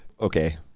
Okay